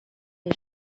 his